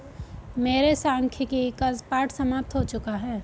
मेरे सांख्यिकी का पाठ समाप्त हो चुका है